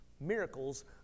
Miracles